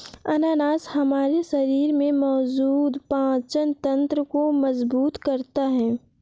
अनानास हमारे शरीर में मौजूद पाचन तंत्र को मजबूत करता है